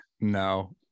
no